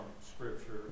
Scripture